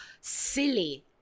silly